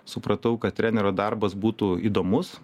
supratau kad trenerio darbas būtų įdomus